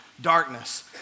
darkness